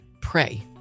pray